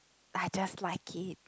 I just like it